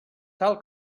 tal